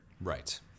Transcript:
Right